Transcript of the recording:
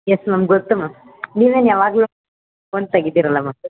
S ma'am ಗೊತ್ತು ma'am ನೀವು ಏನು ಯಾವಾಗಲೂ ಫೋನ್ ತೆಗಿತೀರಲ್ಲ ಮ್ಯಾಮ್